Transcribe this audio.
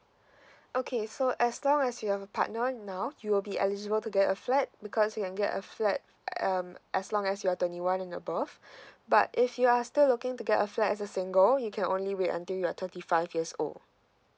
okay so as long as you have a partner now you'll be eligible to get a flat because you can get a flat um as long as you're twenty one and above but if you are still looking to get a flat as a single you can only wait until you're thirty five years old